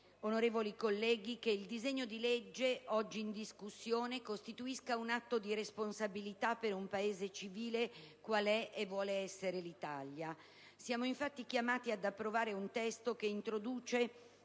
onorevoli colleghi, che il disegno di legge oggi in discussione costituisca un atto di responsabilità per un Paese civile qual è, e vuole essere, l'Italia. Siamo infatti chiamati ad approvare un testo che introduce